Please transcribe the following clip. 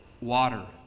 water